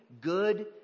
good